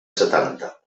setanta